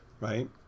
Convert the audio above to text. right